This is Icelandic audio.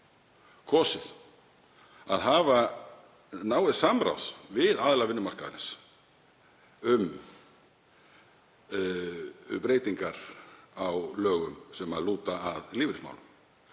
kosið að hafa náið samráð við aðila vinnumarkaðarins um breytingar á lögum sem lúta að lífeyrismálum.